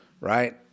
right